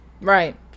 Right